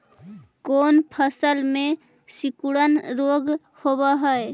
कोन फ़सल में सिकुड़न रोग होब है?